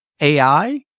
AI